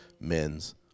men's